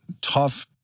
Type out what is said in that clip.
tough